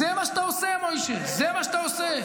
זה מה שאתה עושה, מוישה, זה מה שאתה עושה.